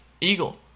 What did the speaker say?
eagle